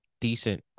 decent